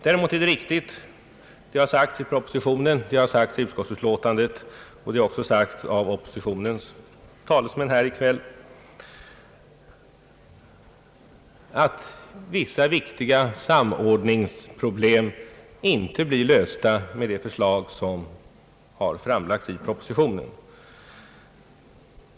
Däremot är det riktigt — och det har sagts i propositionen, i utskottsutlåtandet och av oppositionens talesmän här i kväll — att vissa viktiga samordningsproblem inte blir lösta med det förslag som framlagts i propositionen.